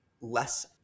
less